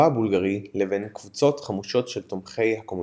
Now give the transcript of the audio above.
הבולגרי לבין קבוצות חמושות של תומכי הקומוניסטים.